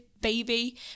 baby